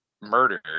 murdered